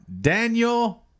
Daniel